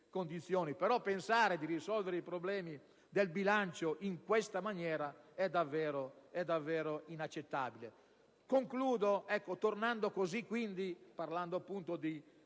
Però, pensare di risolvere i problemi del bilancio in questa maniera è davvero inaccettabile. Concludo, signora Presidente, parlando appunto del